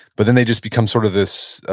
but then they just become sort of this,